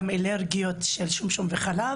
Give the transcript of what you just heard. גם התור של הבן דוד שלי,